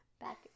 Back